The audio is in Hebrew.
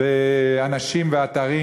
באנשים ובאתרים,